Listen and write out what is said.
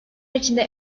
içinde